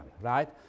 right